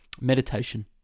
meditation